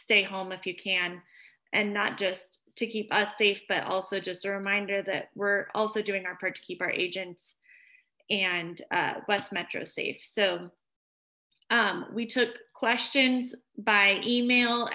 stay home if you can and not just to keep us safe but also just a reminder that we're also doing our part to keep our agents and west metro safe so we took questions by email